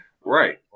Right